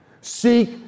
Seek